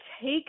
take